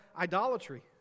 idolatry